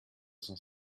cent